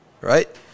Right